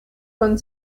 von